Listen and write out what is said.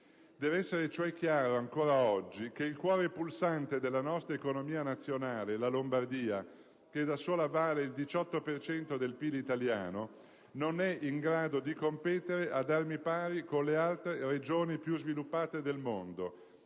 Deve essere cioè chiaro, ancora oggi, che il cuore pulsante della nostra economia nazionale, la Lombardia, che da sola vale il 18 per cento del PIL italiano, non è in grado di competere ad armi pari con le altre regioni più sviluppate del mondo